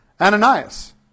Ananias